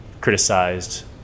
criticized